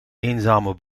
eenzame